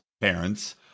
parents